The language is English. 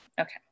Okay